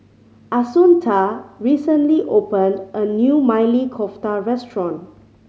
Assunta recently opened a new Maili Kofta Restaurant